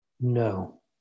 No